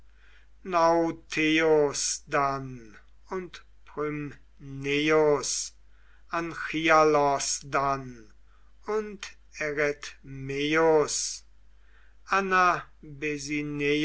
nauteus dann und prymneus anchialos dann und eretmeus